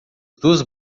duas